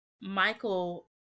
Michael